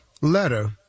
letter